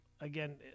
Again